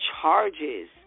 charges